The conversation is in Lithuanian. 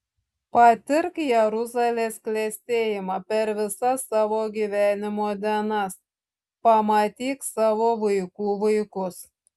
patirk jeruzalės klestėjimą per visas savo gyvenimo dienas pamatyk savo vaikų vaikus